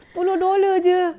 sepuluh dollar jer